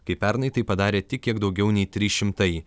kai pernai tai padarė tik kiek daugiau nei trys šimtai